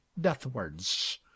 deathwards